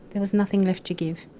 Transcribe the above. there was nothing left to give.